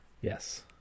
Yes